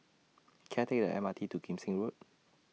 Can I Take The M R T to Kim Seng Road